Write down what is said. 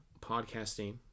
podcasting